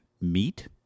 meat